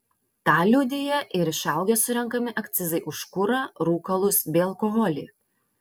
tą liudija ir išaugę surenkami akcizai už kurą rūkalus bei alkoholį